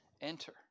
enter